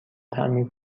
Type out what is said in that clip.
تعمیر